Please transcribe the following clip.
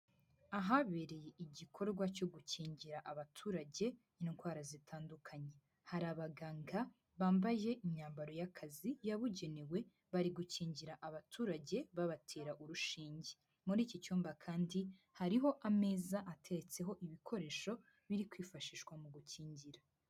Ahabereye igikorwa cyo gukingira abaturage indwara zitandukanye, hari abaganga bambaye imyambaro y'akazi yabugenewe bari gukingira abaturage babatera urushinge, muri iki cyumba kandi hariho ameza atetseho ibikoresho biri kwifashishwa mu gukingira.